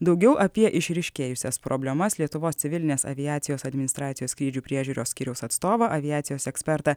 daugiau apie išryškėjusias problemas lietuvos civilinės aviacijos administracijos skrydžių priežiūros skyriaus atstovą aviacijos ekspertą